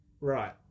right